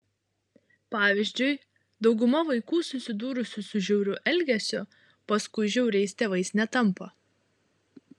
pavyzdžiui dauguma vaikų susidūrusių su žiauriu elgesiu paskui žiauriais tėvais netampa